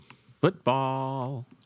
Football